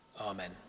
Amen